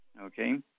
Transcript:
okay